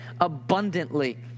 abundantly